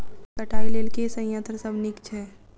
फसल कटाई लेल केँ संयंत्र सब नीक छै?